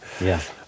yes